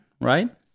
right